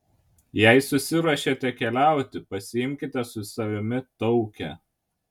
jei susiruošėte keliauti pasiimkite su savimi taukę